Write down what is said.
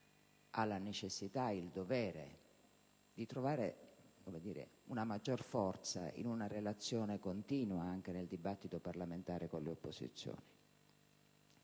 ha la necessità e il dovere di trovare una maggiore forza in una relazione continua, anche nel dibattito parlamentare, con le opposizioni.